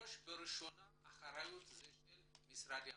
שבראש ובראשונה האחריות היא של משרדי הממשלה.